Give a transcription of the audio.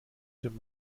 dem